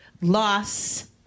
loss